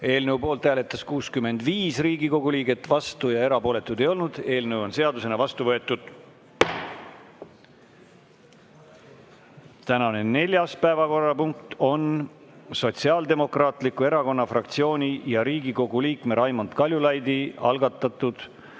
Eelnõu poolt hääletas 65 Riigikogu liiget, vastuolijaid ega erapooletuid ei olnud. Eelnõu on seadusena vastu võetud. Tänane neljas päevakorrapunkt on Sotsiaaldemokraatliku Erakonna fraktsiooni ja Riigikogu liikme Raimond Kaljulaidi algatatud